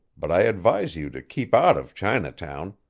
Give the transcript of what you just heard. but i advise you to keep out of chinatown.